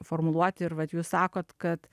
formuluoti ir vat jūs sakot kad